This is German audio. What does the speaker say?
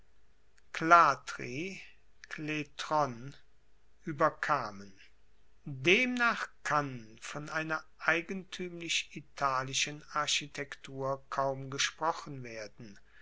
demnach kann von einer eigentuemlich italischen architektur kaum gesprochen werden